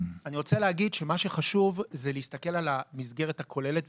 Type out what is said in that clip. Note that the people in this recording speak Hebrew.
אני רוצה להגיד שמה שחשוב זה להסתכל על המסגרת הכוללת.